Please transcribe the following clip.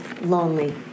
lonely